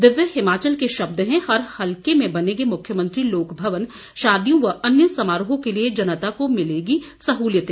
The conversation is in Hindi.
दिव्य हिमाचल के शब्द हैं हर हलके में बनेंगे मुख्यमंत्री लोक भवन शादियों व अन्य समारोहों के लिए जनता को मिलेगी सहूलियत